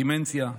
דמנציה,